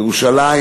ירושלים